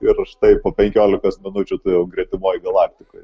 ir štai po penkiolikos minučių tu jau gretimoj galaktikoj